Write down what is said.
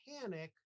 panic